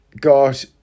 got